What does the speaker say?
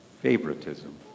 favoritism